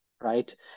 right